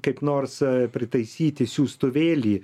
kaip nors pritaisyti siųstuvėlį